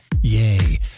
Yay